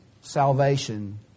salvation